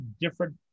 different